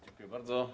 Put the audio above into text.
Dziękuję bardzo.